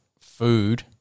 food